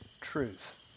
truth